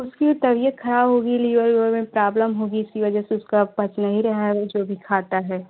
उसकी तबियत ख़राब गई लीवर उवर में प्रॉब्लम होगी इसकी वजह से उसका पच नहीं रहा है जो भी खाता है